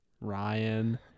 Ryan